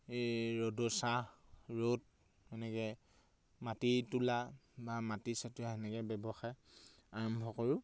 এই ৰ'দৰ ছাঁহ ৰ'দ এনেকৈ মাটি তোলা বা মাটি ছটিওৱা সেনেকৈ ব্যৱসায় আৰম্ভ কৰোঁ